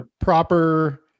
proper